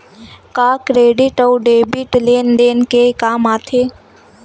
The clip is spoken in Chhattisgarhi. का क्रेडिट अउ डेबिट लेन देन के काम आथे?